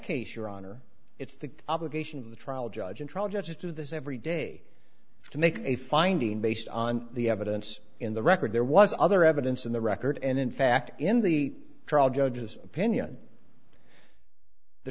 case your honor it's the obligation of the trial judge and trial judges do this every day to make a finding based on the evidence in the record there was other evidence in the record and in fact in the trial judge's opinion the